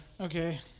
okay